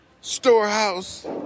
storehouse